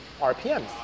RPMs